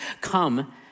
come